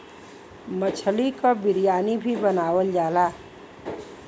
मछली क बिरयानी भी बनावल जाला